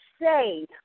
say